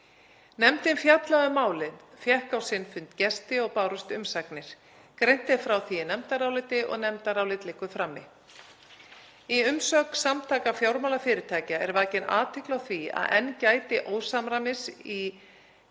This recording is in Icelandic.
Nefndin fjallaði um málið og fékk á sinn fund gesti og bárust umsagnir. Greint er frá því í nefndaráliti og nefndarálit liggur frammi. Í umsögn Samtaka fjármálafyrirtækja er vakin athygli á því að enn gæti ósamræmis á